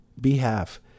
behalf